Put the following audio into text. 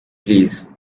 please